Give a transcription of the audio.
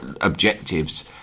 objectives